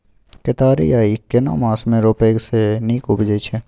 केतारी या ईख केना मास में रोपय से नीक उपजय छै?